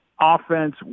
offense